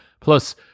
Plus